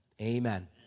Amen